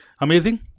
Amazing